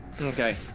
Okay